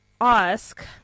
ask